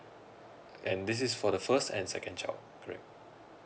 and this is for the first and second child correct